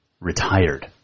retired